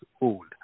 old